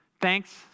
thanks